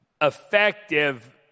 effective